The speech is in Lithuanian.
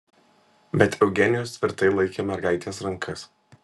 bet eugenijus tvirtai laikė mergaitės rankas